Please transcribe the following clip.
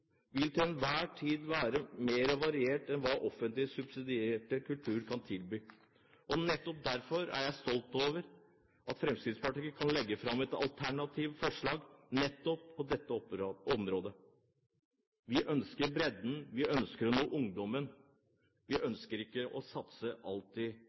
vil til enhver tid være mer variert enn hva offentlig subsidiert kultur kan tilby. Nettopp derfor er jeg stolt over at Fremskrittspartiet kan legge fram et alternativt forslag nettopp på dette området. Vi ønsker bredden. Vi ønsker å nå ungdommen. Vi